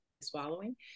swallowing